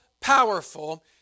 powerful